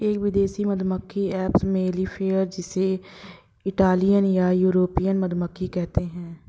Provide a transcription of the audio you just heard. एक विदेशी मधुमक्खी एपिस मेलिफेरा जिसे इटालियन या यूरोपियन मधुमक्खी कहते है